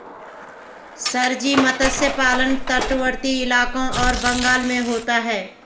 sir ji मत्स्य पालन तटवर्ती इलाकों और बंगाल में होता है